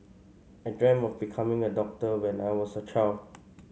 I dreamt of becoming a doctor when I was a child